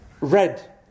Red